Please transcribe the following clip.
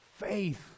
Faith